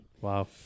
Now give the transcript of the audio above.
Wow